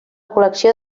col·lecció